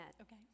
Okay